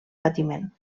patiment